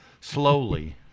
slowly